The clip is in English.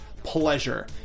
pleasure